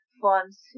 forms